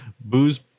booze